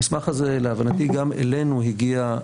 המסמך הזה, להבנתי גם אלינו הגיע,